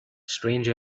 strange